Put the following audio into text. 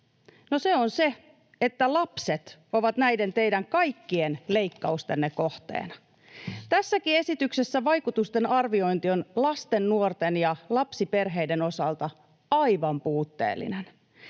se on se, että lapset ovat näiden teidän kaikkien leikkausten kohteena. Tässäkin esityksessä vaikutusten arviointi on lasten, nuorten ja lapsiperheiden osalta aivan puutteellinen,